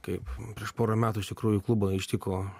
kaip prieš porą metų iš tikrųjų klubą ištiko